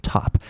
Top